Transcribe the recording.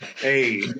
Hey